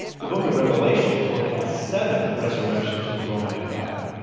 the book of revelation forecasts seven resurrections of the roman empire.